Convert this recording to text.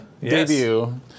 debut